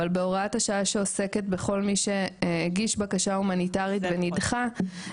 אבל בהוראת השעה שעוסקת בכל מי שהגיש בקשה הומניטרית ונדחה,